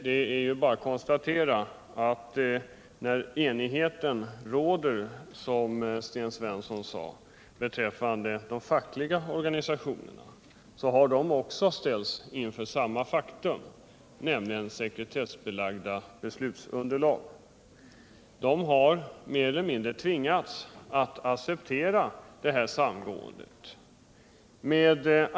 Sten Svensson sade att det råder enighet beträffande de fackliga organisationerna, men även dessa har ställts inför samma faktum, nämligen sekretessbelagda beslutsunderlag. De har mer eller mindre tvingats att acceptera detta samgående.